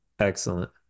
excellent